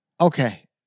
Okay